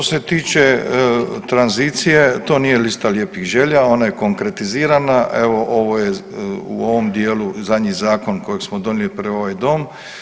Što se tiče tranzicije to nije lista lijepih želja, ona je konkretizirana, evo ovo je u ovom dijelu zadnji zakon kojeg smo donijeli pred ovaj dom.